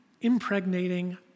impregnating